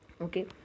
Okay